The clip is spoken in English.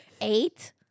eight